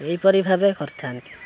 ଏହିପରି ଭାବେ କରିଥାନ୍ତି